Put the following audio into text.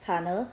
tunnel